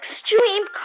extreme